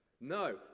No